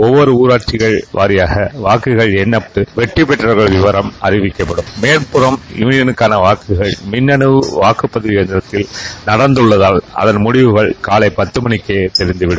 ஒல்வொரு ஊராட்சி வாயிலாக வாக்குகள் எண்ணப்பட்டு வெற்றிபெற்றவர்கள் விவரம் அறிவிக்கப்படும் மேல்புறம் யுளியலுக்கான வாக்குகள் மின்னணு வாக்கப்பதிவு எந்திரத்தில் நடந்தள்ளதால் அதன் முடிவுகள் காலை பத்து மனிக்கே தெரிந்துவிடும்